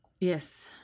Yes